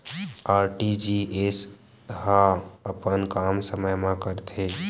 RTGS ह अपन काम समय मा करथे?